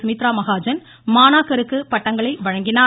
சுமித்ரா மகாஜன் மாணாக்கருக்கு பட்டங்களை வழங்கினார்